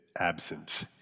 absent